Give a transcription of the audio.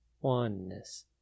Oneness